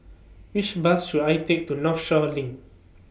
Which Bus should I Take to Northshore LINK